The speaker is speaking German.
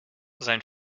sein